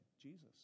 Jesus